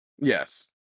Yes